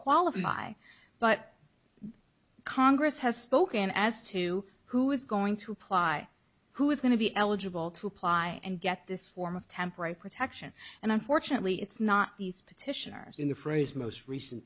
qualify but congress has spoken as to who is going to apply who is going to be eligible to apply and get this form of temporary protection and unfortunately it's not these petitioners in the phrase most recent